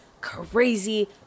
crazy